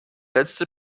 letzte